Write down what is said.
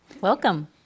Welcome